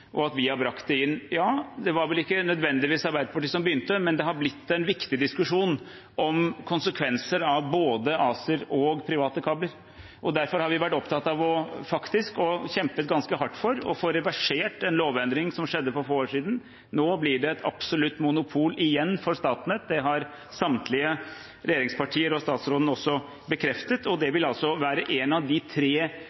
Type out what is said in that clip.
og at vi har brakt det inn. Ja, det var vel ikke nødvendigvis Arbeiderpartiet som begynte, men det er blitt en viktig diskusjon om konsekvenser av både ACER og private kabler. Derfor har vi faktisk vært opptatt av, og kjempet ganske hardt for, å få reversert en lovendring som skjedde for få år siden. Nå blir det igjen et absolutt monopol for Statnett. Det har samtlige regjeringspartier og statsråden også bekreftet, og det